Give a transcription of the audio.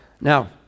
Now